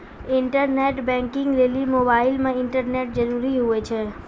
internet banking लेली mobile मे internet जरूरी हुवै छै